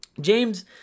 james